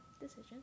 decision